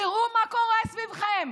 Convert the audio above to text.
תראו מה קורה סביבכם.